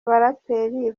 baraperi